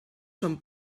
són